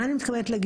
למה הכוונה?